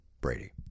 brady